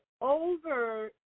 over